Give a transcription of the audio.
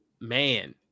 man